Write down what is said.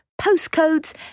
postcodes